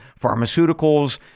pharmaceuticals